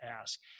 ask